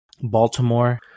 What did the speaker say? Baltimore